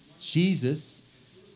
Jesus